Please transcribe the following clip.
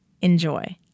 Enjoy